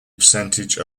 percentage